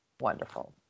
wonderful